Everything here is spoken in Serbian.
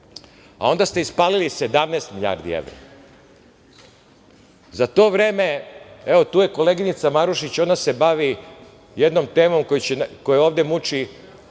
a onda ste ispalili 17 milijardi evra. Za to vreme, evo tu je koleginica Marušić, ona se bavi jednom temom koja ovde muči